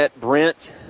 Brent